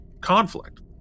conflict